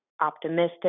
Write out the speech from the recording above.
optimistic